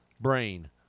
Brain